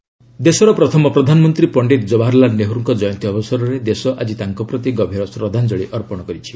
children's day ଦେଶର ପ୍ରଥମ ପ୍ରଧାନମନ୍ତ୍ରୀ ପଣ୍ଡିତ ଜବାହରଲାଲ ନେହେରୁଙ୍କ ଜୟନ୍ତୀ ଅବସରରେ ଦେଶ ଆଜି ତାଙ୍କ ପ୍ରତି ଗଭୀର ଶ୍ରଦ୍ଧାଞ୍ଜଳି ଅର୍ପଣ କରୁଛି